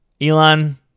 Elon